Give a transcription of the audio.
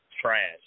trash